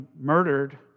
murdered